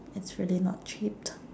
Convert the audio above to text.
it's really not cheap